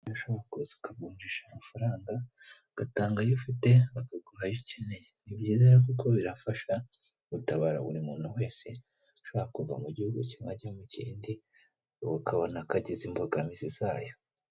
Birashoboka kuza ukaVumvisha amafaranga ugatangayo ayo ufite bakaguhayo ukeneye, ni byiza kuko birafasha gutabara buri muntu wese ushaka kuva mu gihugu kimwe akajya mu kindi ukabona akagize imbogamizi zayo.